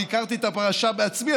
אני הכרתי את הפרשה בעצמי,